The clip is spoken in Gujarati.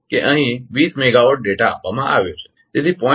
તેથી આ છે કે અહીં 20 મેગાવોટ ડેટા આપવામાં આવ્યો છે તેથી 0